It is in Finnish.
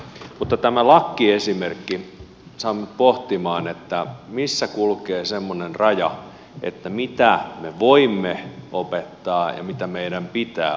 mutta tämä lakkiesimerkki sai minut pohtimaan missä kulkee semmoinen raja että mitä me voimme opettaa ja mitä meidän pitää opettaa